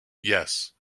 yes